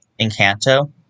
Encanto